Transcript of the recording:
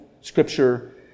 scripture